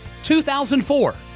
2004